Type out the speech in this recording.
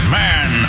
man